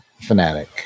fanatic